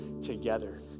together